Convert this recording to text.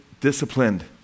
disciplined